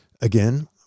again